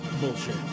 bullshit